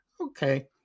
Okay